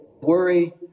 worry